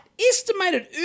Estimated